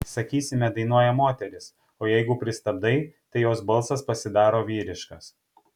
sakysime dainuoja moteris o jeigu pristabdai tai jos balsas pasidaro vyriškas